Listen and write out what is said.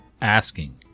asking